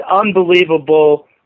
unbelievable